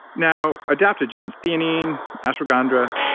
now adaptogens, theanine, ashwagandha,